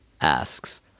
asks